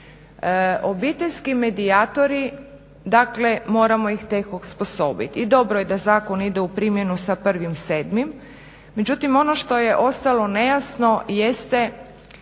Obiteljski medijatori dakle moramo ih tek osposobiti i dobro je da zakon ide u primjenu sa 1.7., međutim ono što je ostalo nejasno jeste